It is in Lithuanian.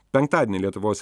penktadienį lietuvos